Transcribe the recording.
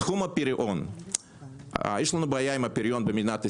בתחום הפריון יש לנו בעיה במדינת ישראל.